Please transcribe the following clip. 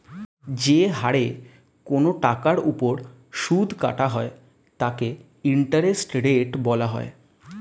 যে হারে কোন টাকার উপর সুদ কাটা হয় তাকে ইন্টারেস্ট রেট বলা হয়